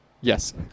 Yes